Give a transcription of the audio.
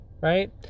right